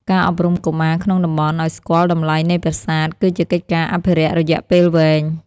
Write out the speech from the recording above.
ការអប់រំកុមារក្នុងតំបន់ឱ្យស្គាល់តម្លៃនៃប្រាសាទ គឺជាកិច្ចការអភិរក្សរយៈពេលវែង។